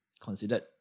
considered